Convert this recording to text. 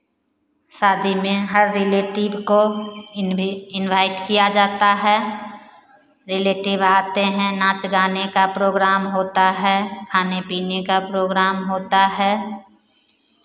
शादी में हर रिलेटिव को इन्वी इन्वाइट किया जाता है रिलेटिव आते हैं नाच गाने का प्रोग्राम होता है खाने पीने का प्रोग्राम होता है